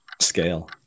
Scale